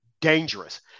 dangerous